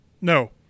No